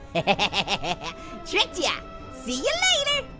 and tricked ya! see ya later!